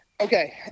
Okay